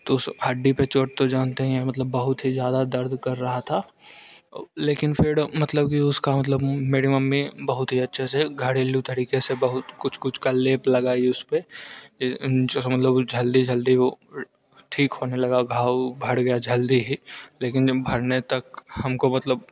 तो उस हड्डी पर चोट तो जानते ही हैं मतलब बहुत ही ज़्यादा दर्द कर रहा था लेकिन फिर मतलब की उसका मतलब मेरी मम्मी बहुत ही अच्छे से घरेलू तरीके से बहुत कुछ कुछ का लेप लगायी उसपे जो मतलब जल्दी जल्दी वो ठीक होने लगा घाव भर गया जल्दी ही लेकिन जब भरने तक हमको मतलब